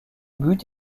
but